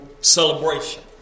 celebration